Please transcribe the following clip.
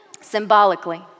symbolically